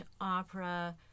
opera